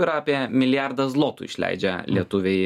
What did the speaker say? yra apie milijardą zlotų išleidžia lietuviai